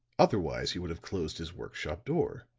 otherwise he would have closed his work-shop door.